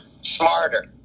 Smarter